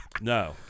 No